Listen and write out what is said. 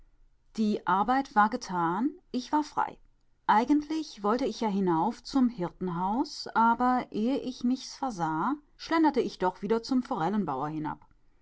die arbeit war getan ich war frei eigentlich wollte ich ja hinauf zum hirtenhaus aber ehe ich mich's versah schlenderte ich doch wieder zum forellenbauer